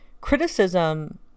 Criticism